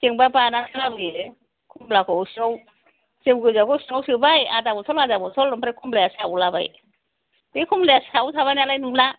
जोंबा बानानैसो लाबोयो खमलाखौ जौ गोजाखौ सिङाव सोबाय आदा बथ'ल आदा बथ'ल आरो खमलाया सायाव लाबाय बे खमलाया सायाव थाबाय नालाय नुला